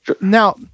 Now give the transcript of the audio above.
now